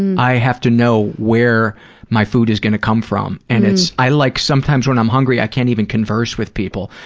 and i have to know where my food is going to come from, and it's, i like, sometimes when i'm hungry, i can't even converse with people.